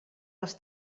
les